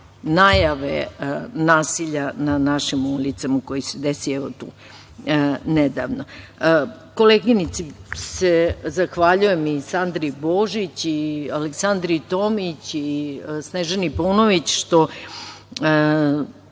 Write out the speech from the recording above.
najave nasilja na našim ulicama koje se desilo evo tu nedavno. Koleginici se zahvaljujem, Sandri Božić, Aleksandri Tomić i Snežani Paunović što